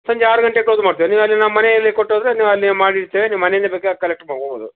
ಸಂಜೆ ಆರು ಗಂಟೆಗೆ ಕ್ಲೋಸ್ ಮಾಡ್ತೇವೆ ನೀವು ಅಲ್ಲಿ ನಮ್ಮ ಮನೆಯಲ್ಲಿ ಕೊಟ್ಟು ಹೋದ್ರೆ ನೀವು ಅಲ್ಲಿ ಮಾಡಿ ಇಡ್ತೇವೆ ನಿಮ್ಮ ಮನೆಯಿಂದ ಬೇಕಾರೆ ಕಲೆಕ್ಟ್ ಮಾಡ್ಕೊಬೋದು